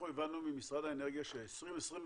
הבנו ממשרד האנרגיה ש-2025